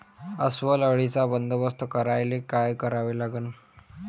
अस्वल अळीचा बंदोबस्त करायले काय करावे लागन?